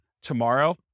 tomorrow